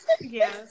Yes